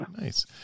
Nice